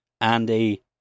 Andy